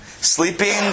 Sleeping